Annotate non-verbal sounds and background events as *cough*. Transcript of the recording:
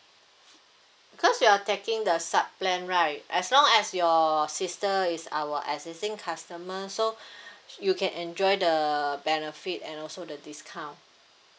because you are taking the sub plan right as long as your sister is our existing customer so *breath* *noise* you can enjoy the benefit and also the discount